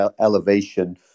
elevation